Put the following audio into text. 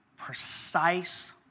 precise